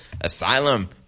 asylum